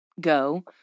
Go